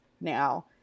now